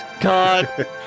God